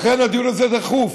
לכן הדיון הזה דחוף